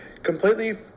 completely